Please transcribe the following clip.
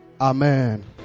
Amen